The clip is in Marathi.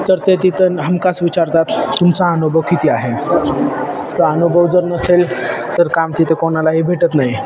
तर ते तिथं हमखास विचारतात तुमचा अनुभव किती आहे तो अनुभव जर नसेल तर काम तिथे कोणालाही भेटत नाही